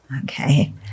okay